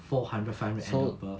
four hundred five hundred and above